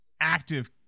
active